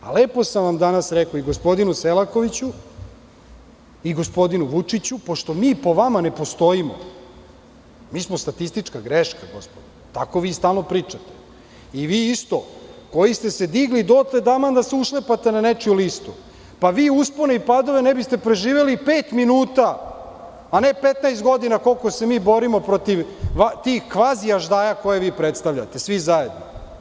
A lepo sam vam danas rekao, i gospodinu Selakoviću i gospodinu Vučiću, pošto mi po vama ne postojimo, mi smo statistička greška, gospodo, bar tako stalno pričate, i vi isto koji ste se digli dotle taman da se ušlepate na nečiju listu, pa vi uspone i padove ne biste preživeli ni pet minuta, a ne 15 godina koliko se mi borimo protiv tih kvazi-aždaja koje vi predstavljate, svi zajedno.